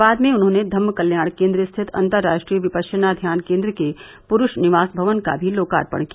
बाद में उन्होंने धम्म कल्याण केन्द्र स्थित अंतर्राष्ट्रीय विपश्यना ध्यान केन्द्र के पुरूष निवास भवन का भी लोकार्पण किया